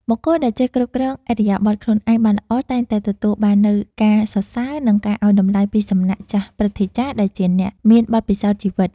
បុគ្គលដែលចេះគ្រប់គ្រងឥរិយាបថខ្លួនឯងបានល្អតែងតែទទួលបាននូវការសរសើរ និង ការឱ្យតម្លៃពីសំណាក់ចាស់ព្រឹទ្ធាចារ្យដែលជាអ្នកមានបទពិសោធន៍ជីវិត។